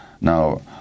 Now